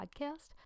podcast